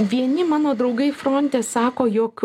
vieni mano draugai fronte sako jog